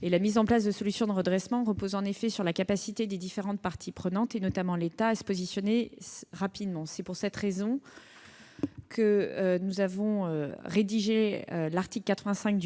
La mise en place de solutions de redressement repose sur la capacité des différentes parties prenantes, notamment l'État, à se positionner rapidement. C'est pour cette raison que l'article 85